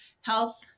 health